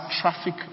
traffic